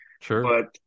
Sure